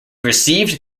received